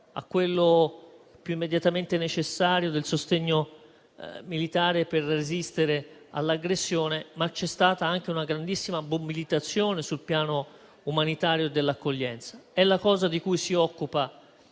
quello più immediatamente necessario del sostegno militare per resistere all'aggressione. Ma c'è stata anche una grandissima mobilitazione sul piano umanitario e dell'accoglienza: proprio questo